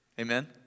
Amen